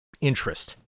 interest